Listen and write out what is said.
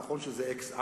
נכון שזה "אקס-אנטה",